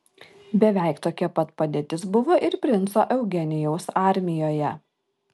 beveik tokia pat padėtis buvo ir princo eugenijaus armijoje